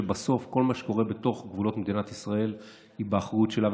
שבסוף כל מה שקורה בתוך גבולות מדינת ישראל הוא באחריות שלה.